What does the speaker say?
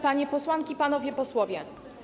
Panie Posłanki i Panowie Posłowie!